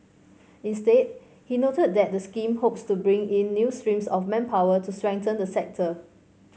instead he noted that the scheme hopes to bring in new streams of manpower to strengthen the sector